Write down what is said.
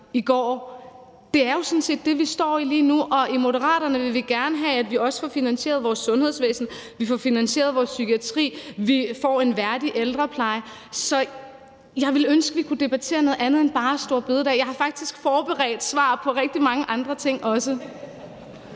i går. Det er jo sådan set det, vi står i lige nu, og i Moderaterne vil vi gerne have, at vi også får finansieret vores sundhedsvæsen, får finansieret vores psykiatri, får en værdig ældrepleje. Så jeg ville ønske, vi kunne debattere noget andet end bare store bededag. Jeg har faktisk også forberedt svar på rigtig mange andre ting.